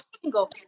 single